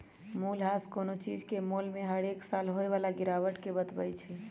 मूल्यह्रास कोनो चीज के मोल में हरेक साल होय बला गिरावट के बतबइ छइ